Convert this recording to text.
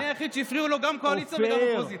אני היחיד שהפריעו לו גם קואליציה וגם אופוזיציה.